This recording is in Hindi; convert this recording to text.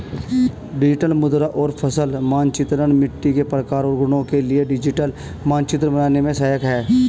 डिजिटल मृदा और फसल मानचित्रण मिट्टी के प्रकार और गुणों के लिए डिजिटल मानचित्र बनाने में सहायक है